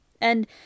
And-